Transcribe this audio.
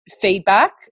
feedback